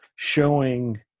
showing